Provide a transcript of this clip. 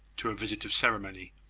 to a visit of ceremony.